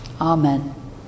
Amen